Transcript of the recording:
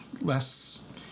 less